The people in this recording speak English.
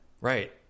right